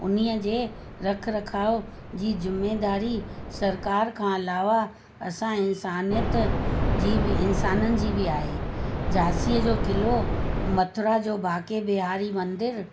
हुन ई जे रख रखांव जी ज़िमेदारी सरकारि खां अलावा असां इंसानियत जी बि इंसाननि जी बि आहे झांसीअ जो क़िलो मथुरा जो बांके बिहारी मंदरु